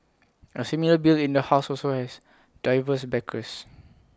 A similar bill in the house also has diverse backers